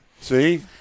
See